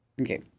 Okay